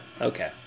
okay